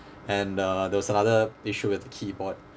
and uh there was another issue with the keyboard